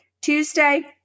Tuesday